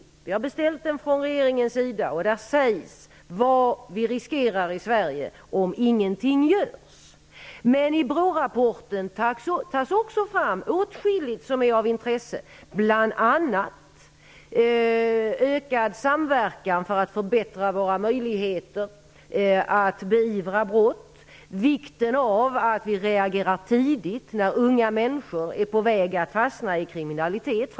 Regeringen har beställt den, och i den sägs vad vi riskerar i Sverige om ingenting görs. I BRÅ rapporten tas också åtskilligt annat av intresse upp, bl.a. behovet av ökad samverkan för att förbättra våra möjligheter att beivra brott och vikten av att reagera tidigt när unga människor är på väg att fastna i kriminalitet.